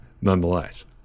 nonetheless